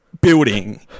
building